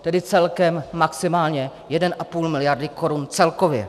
Tedy celkem maximálně 1,5 miliardy korun celkově.